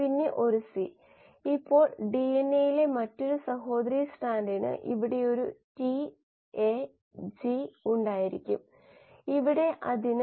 പിന്നെ നമ്മൾ പറഞ്ഞത് സബ്സ്ട്രേറ്റുകൾ ഉൽപ്പന്നങ്ങളിലേക്ക് പരിവർത്തനം ചെയ്യുന്നു എന്നതാണു